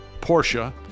Porsche